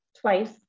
twice